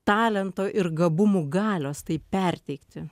talento ir gabumų galios tai perteikti